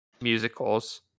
musicals